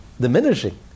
diminishing